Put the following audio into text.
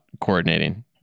coordinating